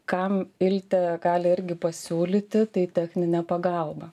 kam iltė gali irgi pasiūlyti tai techninę pagalbą